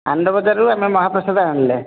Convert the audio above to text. ଆନନ୍ଦ ବଜାରରୁ ଆମେ ମହାପ୍ରସାଦ ଆଣିଲେ